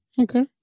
Okay